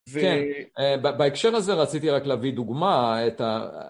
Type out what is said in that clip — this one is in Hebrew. כן, בהקשר הזה רציתי רק להביא דוגמא את ה...